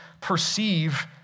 perceive